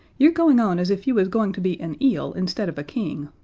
you're going on as if you was going to be an eel instead of a king,